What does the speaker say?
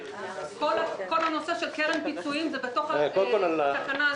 כל הנושא של קרן פיצויים זה בתוך התקנה הזאת.